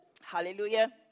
Hallelujah